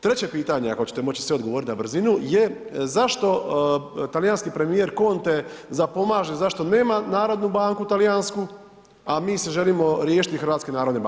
Treće pitanje, ako ćete moći sve odgovorit na brzinu, je zašto talijanski premijer Conte zapomaže zašto nema narodnu banku talijansku, a mi se želimo riješiti HNB-a?